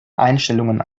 einstellungen